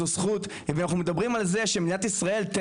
זו זכות וכשאנחנו מדברים על זה שמדינת ישראל תהיה